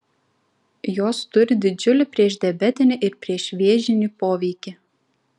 jos turi didžiulį priešdiabetinį ir priešvėžinį poveikį